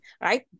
right